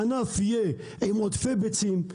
הענף יהיה עם עודפי ביצים,